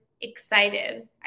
excited